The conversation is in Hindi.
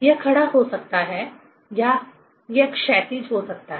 यह खड़ा हो सकता है या यह क्षैतिज हो सकता है